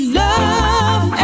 love